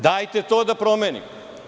Dajte to da promenimo.